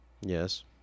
Yes